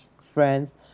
friends